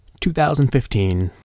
2015